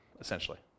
essentially